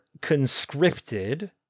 conscripted